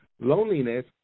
loneliness